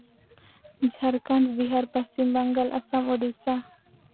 Jharkhand Bihar Paschim Banga Assam Odisha